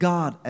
God